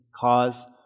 cause